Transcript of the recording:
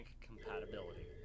compatibility